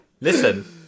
Listen